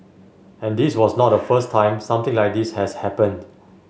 and this was not the first time something like this has happened